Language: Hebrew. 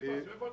אני מסתכל על